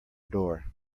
door